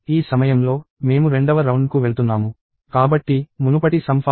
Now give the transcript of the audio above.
ఈ సమయంలో మేము రెండవ రౌండ్కు వెళ్తున్నాము కాబట్టి మునుపటి సమ్ ఫాల్స్ గా ఉంది